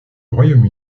royaume